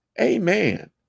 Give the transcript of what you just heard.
Amen